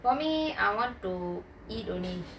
for me I want to eat only